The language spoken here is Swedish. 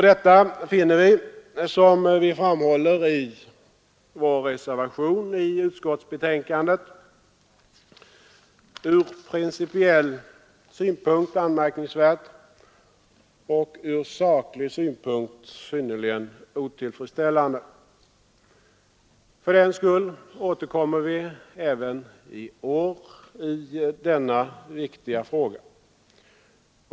Detta finner vi — som vi framhåller i vår reservation i utskottsbetänkandet — ur principiell synpunkt anmärkningsvärt och ur saklig synpunkt synnerligen otillfredsställande. Fördenskull återkommer vi även i år i denna viktiga fråga.